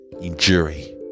injury